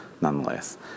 nonetheless